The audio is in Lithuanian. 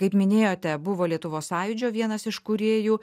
kaip minėjote buvo lietuvos sąjūdžio vienas iš kūrėjų